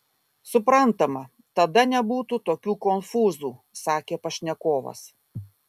suprantama tada nebūtų tokių konfūzų sakė pašnekovas